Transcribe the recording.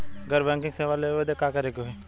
घर बैकिंग सेवा लेवे बदे का करे के होई?